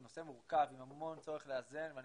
זה הנושא שהוא מורכב עם המון צורך לאזן ואני